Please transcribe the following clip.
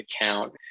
account